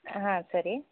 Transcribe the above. ಹಾಂ ಸರಿ